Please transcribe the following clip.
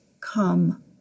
come